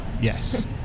Yes